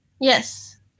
Yes